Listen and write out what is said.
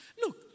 look